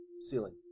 Ceiling